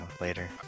later